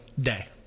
day